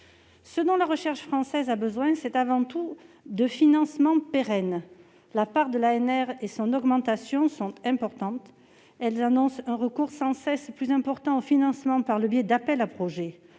Ce dont la recherche française a besoin, c'est avant tout de financements pérennes. La part de l'ANR et son augmentation sont importantes : elles annoncent un recours sans cesse plus important au financement par le biais d'appel à projets.